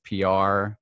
pr